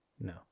no